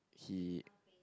he